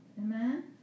Amen